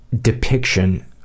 depiction